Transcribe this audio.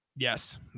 yes